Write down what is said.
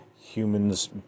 humans